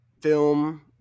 film